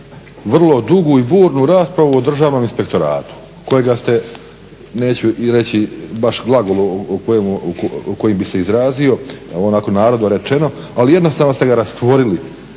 vrlo dugu i burnu raspravu o Državnom inspektoratu kojega ste, neću i reći baš glagol o kojem bi se izrazio, onako u narodu rečeno, ali jednostavno ste ga rastvorili,